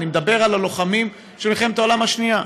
אני מדבר על הלוחמים של מלחמת העולם השנייה.